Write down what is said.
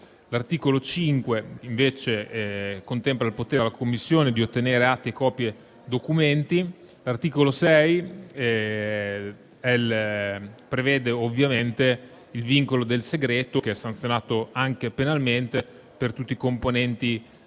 L'articolo 5 contempla il potere della Commissione di ottenere atti, copie e documenti. L'articolo 6 prevede il vincolo del segreto, che è sanzionato anche penalmente, per tutti i componenti